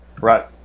Right